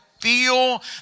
Feel